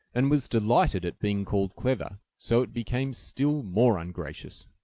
and was delighted at being called clever, so it became still more ungracious.